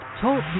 TALK